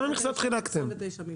29 מיליון.